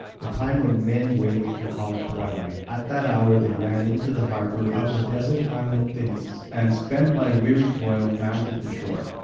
the time when men wake and call it twilight, at that hour they ran into the harbour of the desert island thynias and, spent by weary toil, mounted the shore.